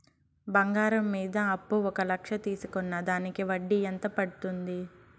బంగారం మీద అప్పు ఒక లక్ష తీసుకున్న దానికి వడ్డీ ఎంత పడ్తుంది?